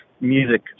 music